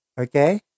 okay